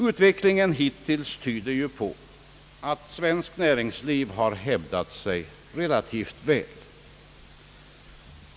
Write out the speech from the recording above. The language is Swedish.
Utvecklingen hittills tyder på att svenskt näringsliv har hävdat sig relativt väl.